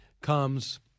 comes